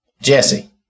Jesse